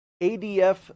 ADF